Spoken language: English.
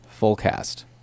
fullcast